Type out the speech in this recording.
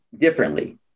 differently